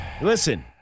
Listen